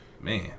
Man